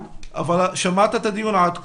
שמעת את הדיון עד כה?